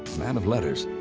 man of letters,